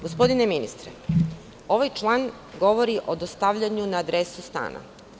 Gospodine ministre, ovaj član govori o dostavljanju na adresu stana.